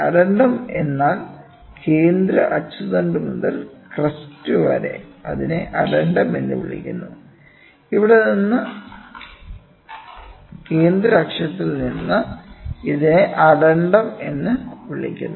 addendum എന്നാൽ കേന്ദ്ര അച്ചുതണ്ട് മുതൽ ക്രെസ്റ് വരെ അതിനെ അഡെൻഡം എന്ന് വിളിക്കുന്നു ഇവിടെ നിന്ന് കേന്ദ്ര അക്ഷത്തിൽ നിന്ന് ഇതിനെ അഡെൻഡം എന്ന് വിളിക്കുന്നു